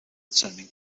determining